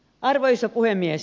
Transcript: arvoisa puhemies